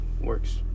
works